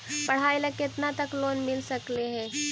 पढाई ल केतना तक लोन मिल सकले हे?